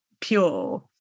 pure